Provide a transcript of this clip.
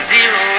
Zero